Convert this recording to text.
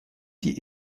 die